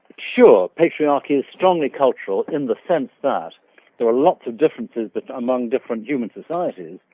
sure, patriarchy is strongly cultural in the sense that there are lots of differences but among different human societies.